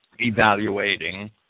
evaluating